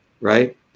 right